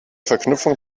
verknüpfung